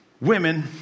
women